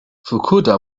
fukuda